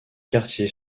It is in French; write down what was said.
quartier